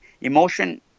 emotion